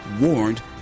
warned